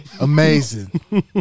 Amazing